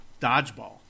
dodgeball